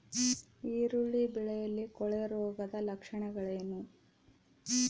ಈರುಳ್ಳಿ ಬೆಳೆಯಲ್ಲಿ ಕೊಳೆರೋಗದ ಲಕ್ಷಣಗಳೇನು?